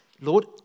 Lord